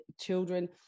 children